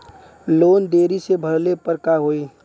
Loan देरी से भरले पर का होई?